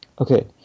Okay